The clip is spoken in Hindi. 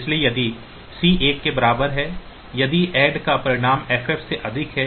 इसलिए यदि C एक के बराबर है यदि ऐड का परिणाम FF से अधिक है